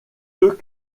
deux